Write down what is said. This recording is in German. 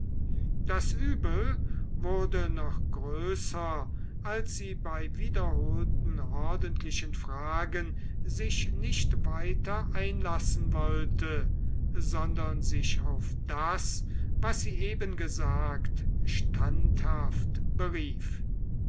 das übel wurde noch größer als sie bei wiederholten ordentlichen fragen sich nicht weiter einlassen wollte sondern sich auf das was sie eben gesagt standhaft berief